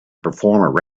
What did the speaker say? perform